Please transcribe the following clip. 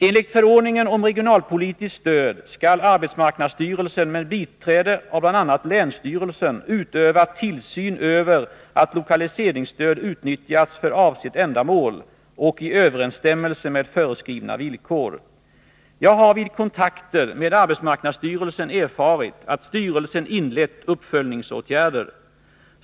Enligt förordningen om regionalpolitiskt stöd skall arbetsmarknadsstyrelsen med biträde av bl.a. länsstyrelsen utöva tillsyn över att lokaliseringsstöd utnyttjas för avsett ändamål och i överensstämmelse med föreskrivna villkor. Jag har vid kontakter med arbetsmarknadsstyrelsen erfarit att styrelsen inlett uppföljningsåtgärder.